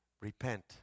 repent